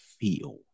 feel